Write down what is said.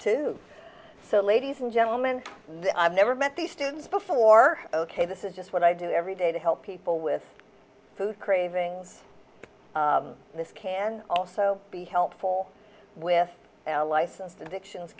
two so ladies and gentlemen i've never met these students before ok this is just what i do every day to help people with food cravings this can also be helpful with a licensed addictions